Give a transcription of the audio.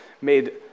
made